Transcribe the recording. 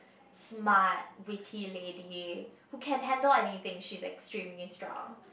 smart witty lady who can handle anything she's extremely strong